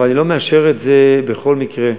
אבל אני לא מאשר את זה בכל מקרה.